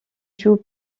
joue